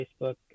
Facebook